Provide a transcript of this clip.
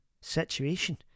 situation